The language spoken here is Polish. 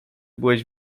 byłeś